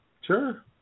Sure